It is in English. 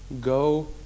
go